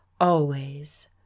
always